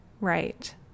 right